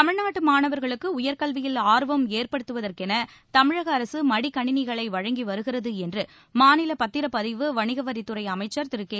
தமிழ்நாட்டு மாணவர்களுக்கு உயர்கல்வியில் ஆர்வம் ஏற்படுத்துவதற்கென தமிழக அரசு மடிக்கணினிகளை வழங்கி வருகிறது என்று மாநில பத்திரப் பதிவு வணிகவரித் துறை அமைச்சர் திரு கே